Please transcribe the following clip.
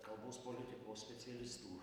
kalbos politikos specialistų